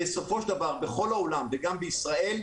בסופו של דבר בכל העולם וגם בישראל,